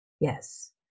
Yes